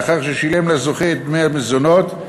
לאחר ששילם לזוכה את דמי המזונות.